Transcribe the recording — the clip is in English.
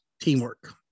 Teamwork